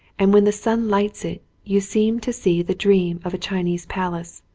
and when the sun lights it you seem to see the dream of a chinese palace,